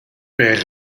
per